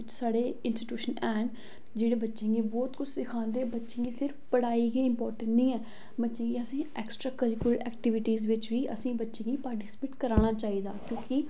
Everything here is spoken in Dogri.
साढ़े इंस्टीट्यूशन हैन जेह्ड़े बच्चें गी बोह्त कुछ सखांदे बच्चें गी सिर्फ पढ़ाई गै इंम्पार्टेंट निं ऐ बच्चें गी असें एक्स्ट्रा करीकुलर एक्टीबिटीज बिच्च बी असें गी बच्चें गी पार्टिस्पेट कराना चाहिदा क्योंकि